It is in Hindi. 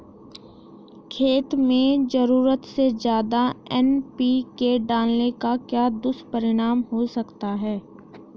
खेत में ज़रूरत से ज्यादा एन.पी.के डालने का क्या दुष्परिणाम हो सकता है?